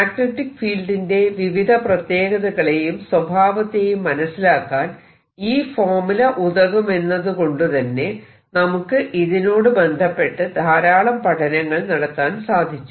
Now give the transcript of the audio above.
magnetic ഫീൽഡിന്റെ വിവിധ പ്രത്യേകതകളെയും സ്വഭാവത്തെയും മനസിലാക്കാൻ ഈ ഫോർമുല ഉതകുമെന്നത് കൊണ്ടുതന്നെ നമുക്ക് ഇതിനോട് ബന്ധപ്പെട്ട് ധാരാളം പഠനങ്ങൾ നടത്താൻ സാധിച്ചു